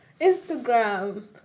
Instagram